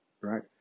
right